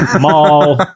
mall